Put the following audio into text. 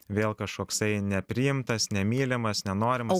vėl kažkoksai nepriimtas nemylimas nenorimas